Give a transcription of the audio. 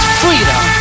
freedom